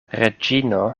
reĝino